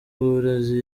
uburezi